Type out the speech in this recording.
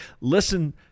Listen